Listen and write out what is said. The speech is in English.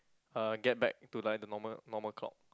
uh get back to like the normal normal clock